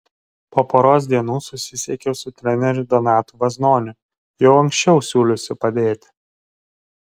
po poros dienų susisiekiau su treneriu donatu vaznoniu jau anksčiau siūliusiu padėti